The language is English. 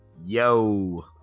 Yo